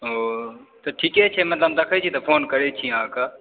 ओ तऽ ठीके छै मतलब हम देखै छी मतलब फोन करै छी अहाँकेॅं